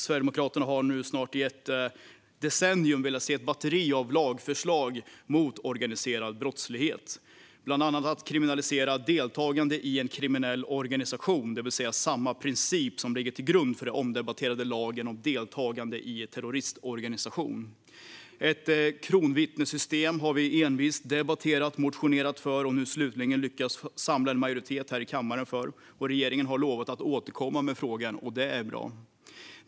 Sverigedemokraterna har nu i snart ett decennium velat se ett batteri av lagförslag mot organiserad brottslighet. Det handlar bland annat om att kriminalisera deltagande i en kriminell organisation, det vill säga samma princip som ligger till grund för den omdebatterade lagen om deltagande i terroristorganisation. Vi har dessutom envist debatterat och motionerat för ett kronvittnessystem, och vi har nu slutligen lyckats samla en majoritet för detta här i kammaren. Regeringen har lovat att återkomma i frågan, och det är bra.